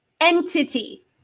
Entity